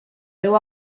riu